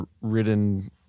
ridden